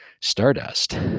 stardust